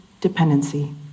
dependency